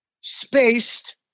spaced